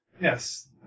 Yes